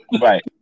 Right